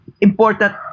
important